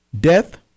Death